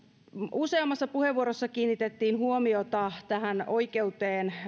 useammassa puheenvuorossa kiinnitettiin huomiota tähän oikeuteen